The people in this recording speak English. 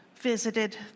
visited